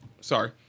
sorry